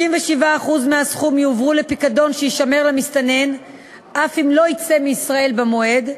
67% מהסכום יועברו לפיקדון שיישמר למסתנן אף אם לא יצא מישראל במועד,